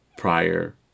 Prior